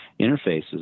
interfaces